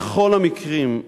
בכל המקרים,